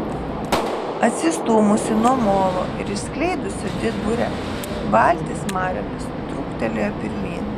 atsistūmusi nuo molo ir išskleidusi didburę valtis mariomis trūktelėjo pirmyn